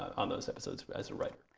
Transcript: on those episodes as a writer?